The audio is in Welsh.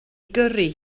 gyrru